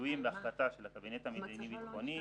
תלויות בהחלטה של הקבינט המדיני-ביטחוני,